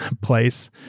place